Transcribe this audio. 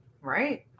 Right